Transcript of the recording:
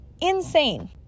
insane